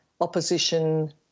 opposition